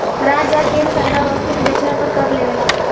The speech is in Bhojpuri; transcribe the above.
राज्य आ केंद्र सरकार वस्तु के बेचला पर कर लेवेला